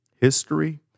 history